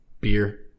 beer